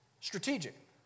Strategic